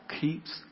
keeps